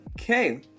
Okay